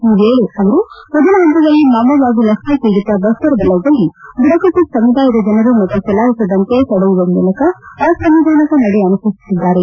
ಈ ವೇಳೆ ಅವರು ಮೊದಲ ಹಂತದಲ್ಲಿ ಮಾವೋವಾದಿ ನಕ್ಕಲ್ ಪೀಡಿತ ಬಸ್ತರ್ ವಲಯದಲ್ಲಿ ಬುಡಕಟ್ಲು ಸಮುದಾಯದ ಜನರು ಮತಚಲಾಯಿಸದಂತೆ ತಡೆಯುವ ಮೂಲಕ ಅಸಾಂವಿಧಾನಿಕ ನಡೆ ಅನುಸರಿಸುತ್ತಿದ್ದಾರೆ